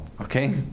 Okay